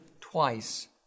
twice